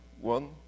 one